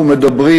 אנחנו מדברים,